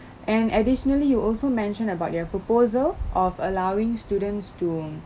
and additionally you also mentioned about your proposal of allowing students to